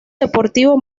deportivo